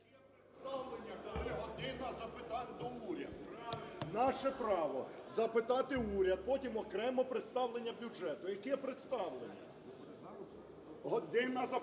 Наше право - запитати уряд, потім окремо представлення бюджету. Яке представлення? "Година запитань